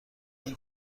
این